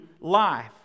life